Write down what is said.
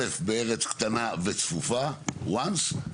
א', בארץ קטנה וצפופה, once.